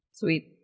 sweet